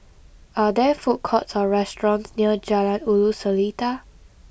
are there food courts or restaurants near Jalan Ulu Seletar